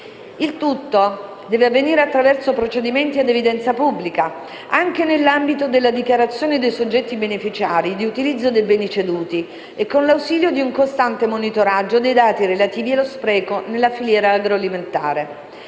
Il tutto deve avvenire attraverso procedimenti ad evidenza pubblica, anche nell'ambito della dichiarazione dei soggetti beneficiari di utilizzo dei beni ceduti, e con l'ausilio di un costante monitoraggio dei dati relativi allo spreco nella filiera agroalimentare.